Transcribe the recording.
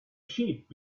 sheep